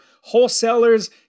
wholesalers